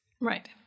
Right